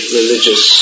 religious